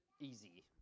easy